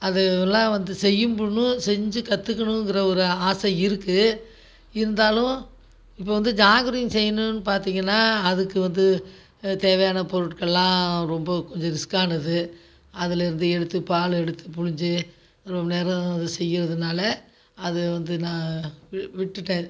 அது எல்லாம் வந்து செய்யும் போதும் செஞ்சு கற்றுக்கணுங்குற ஒரு ஆசை இருக்குது இருந்தாலும் இப்போ வந்து ஜாங்கிரி செய்யணுன்னு பார்த்தீங்கன்னா அதுக்கு வந்து தேவையான பொருட்கள்லாம் ரொம்ப கொஞ்சம் ரிஸ்க்கானது அதில் இருந்து எடுத்து பாலெடுத்து புழிஞ்சு ரொம்ப நேரம் செய்கிறதுனால அதை வந்து நான் வி விட்டுட்டேன்